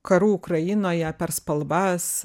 karu ukrainoje per spalvas